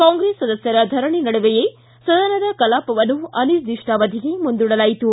ಕಾಂಗ್ರೆಸ್ ಸದಸ್ಕರ ಧರಣಿ ನಡುವೆಯೇ ಸದನದ ಕಲಾಪವನ್ನು ಅನಿರ್ದಿಷ್ಟಾವಧಿಗೆ ಮುಂದುಡಲಾಯಿತು